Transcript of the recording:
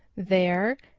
there,